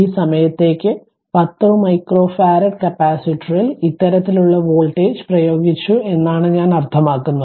ഈ സമയത്തേക്ക് 10 മൈക്രോഫറാഡ് കപ്പാസിറ്ററിൽ ഇത്തരത്തിലുള്ള വോൾട്ടേജ് പ്രയോഗിച്ചു എന്നാണ് ഞാൻ അർത്ഥമാക്കുന്നത്